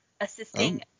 assisting